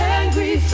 angry